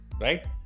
right